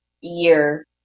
year